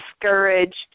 discouraged